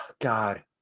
God